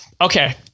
Okay